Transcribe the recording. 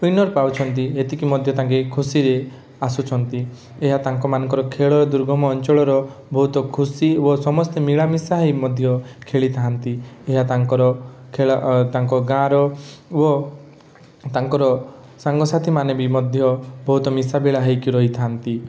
winner ପାଉଛନ୍ତି ଏତିକି ମଧ୍ୟ ତାଙ୍କେ ଖୁସିରେ ଆସୁଛନ୍ତି ଏହା ତାଙ୍କ ମାନଙ୍କର ଖେଳ ଦୁର୍ଗମ ଅଞ୍ଚଳର ବହୁତ ଖୁସି ଓ ସମସ୍ତେ ମିଳାମିଶା ହେଇ ମଧ୍ୟ ଖେଳିଥାନ୍ତି ଏହା ତାଙ୍କର ଖେଳ ତାଙ୍କ ଗାଁର ଓ ତାଙ୍କର ସାଙ୍ଗସାଥି ମାନେ ବି ମଧ୍ୟ ବହୁତ ମିଶାମିଳା ହେଇକି ରହିଥାନ୍ତି